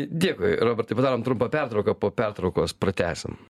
dėkui robertai padarom trumpą pertrauką po pertraukos pratęsim